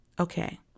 Okay